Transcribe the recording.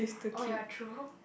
oh ya true